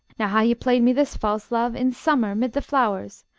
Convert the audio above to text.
now hae ye play'd me this, fause love, in simmer, mid the flowers?